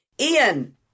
Ian